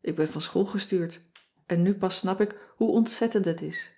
ik ben van school gestuurd en nu pas snap ik hoe ontzettend het is